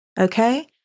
Okay